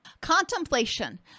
Contemplation